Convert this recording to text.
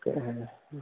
তাকেহে